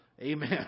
amen